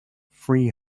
free